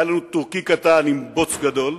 היה לנו טורקי קטן עם בוץ גדול,